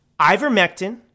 ivermectin